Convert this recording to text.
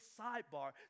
sidebar